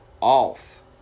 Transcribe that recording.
off